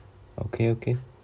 okay okay